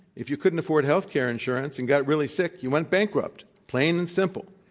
if you couldn't afford health care insurance and got really sick, you went bankrupt, plain and simple,